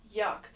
Yuck